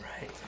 Right